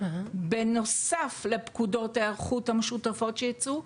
בנוסף לפקודות ההיערכות המשותפות שיצאו,